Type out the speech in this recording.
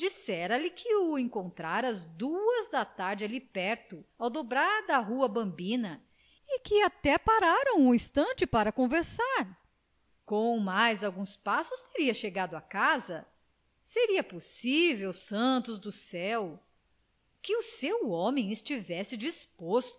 dissera-lhe que o encontrara às duas da tarde ali perto ao dobrar da rua bambina e que até pararam um instante para conversar com mais alguns passos chegado à casa seria possível santos do céu que o seu homem estivesse disposto